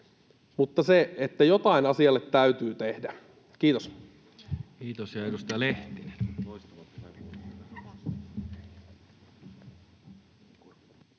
alla, mutta jotain asialle täytyy tehdä. — Kiitos. Kiitos. — Ja edustaja Lehtinen.